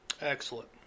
excellent